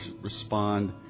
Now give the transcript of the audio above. respond